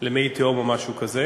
למי התהום או משהו כזה.